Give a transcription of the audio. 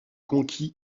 conquis